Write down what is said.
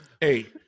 hey